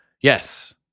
yes